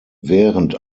während